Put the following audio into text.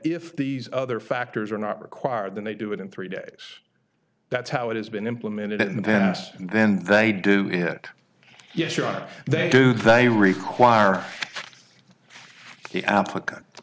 if these other factors are not required then they do it in three days that's how it has been implemented and then then they do it yes sure they do they require the applicant